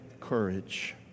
courage